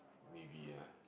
maybe ah